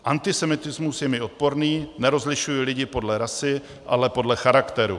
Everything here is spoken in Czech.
Antisemitismus je mi odporný, nerozlišuji lidi podle rasy, ale podle charakteru.